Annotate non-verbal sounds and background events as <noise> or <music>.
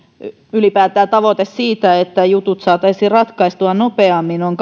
ylipäätään tavoite siitä että jutut saataisiin ratkaistua nopeammin on <unintelligible>